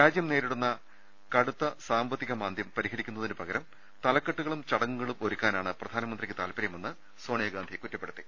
രാജ്യം നേരിടുന്ന കടുത്ത സാമ്പത്തിക മാന്ദൃം പരിഹരിക്കുന്ന തിനു പകരം തലക്കെട്ടുകളും ചടങ്ങുകളും ഒരുക്കാനാണ് പ്രധാനമന്ത്രിക്ക് താൽപര്യമെന്ന് സോണിയാഗാന്ധി കുറ്റ പ്പെടുത്തി